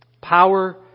Power